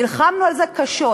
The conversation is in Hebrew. נלחמנו על זה קשות.